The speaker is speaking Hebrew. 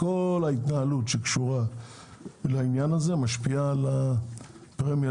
כל ההתנהלות שקשורה לעניין הזה משפיעה על הפרמיה